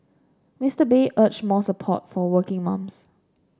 Mister Bay urged more support for working mums